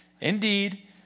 indeed